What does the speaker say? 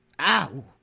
Ow